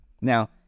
Now